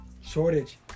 shortage